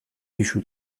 pisu